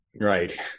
Right